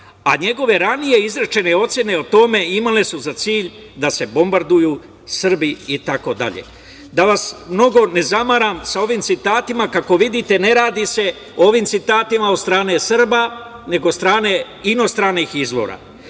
a njegove ranije izrečen ocene o tome imale su za cilj da se bombarduju Srbi itd. Da vas na mnogo ne zamaram sa ovim citatima kako vidite ne radi se o ovim citatima od strane Srba, nego od strane inostranih izvora.